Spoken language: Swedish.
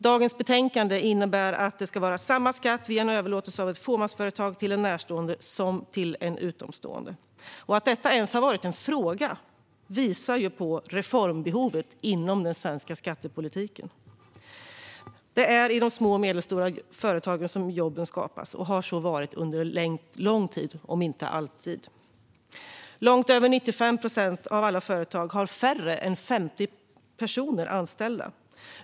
Dagens betänkande innebär att det ska vara samma skatt vid en överlåtelse av ett fåmansföretag till en närstående som till en utomstående. Att detta ens har varit en fråga visar på reformbehovet inom den svenska skattepolitiken. Det är i de små och medelstora företagen som jobben skapas och har så varit under lång tid, om inte alltid. Långt över 95 procent av alla företag har färre än 50 personer anställda.